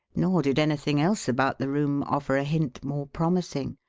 nor did anything else about the room offer a hint more promising.